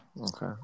Okay